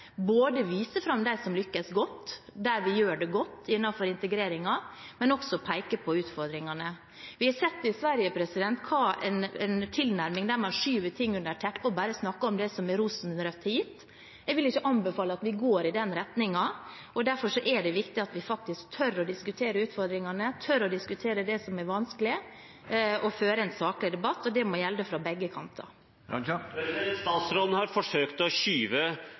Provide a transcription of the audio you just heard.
fram dem som lykkes godt, der vi gjør det godt innenfor integrering, men også peke på utfordringene. Vi har sett i Sverige hva en tilnærming der man skyver ting under teppet og bare snakker om det som er rosenrødt, har ført til. Jeg vil ikke anbefale at vi går i den retningen, og derfor er det viktig at vi tør å diskutere utfordringene, tør å diskutere det som er vanskelig, og fører en saklig debatt. Det må gjelde for begge kanter. Statsråden har forsøkt å bortforklare sin retorikk ved å skyve